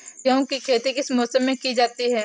गेहूँ की खेती किस मौसम में की जाती है?